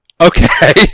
okay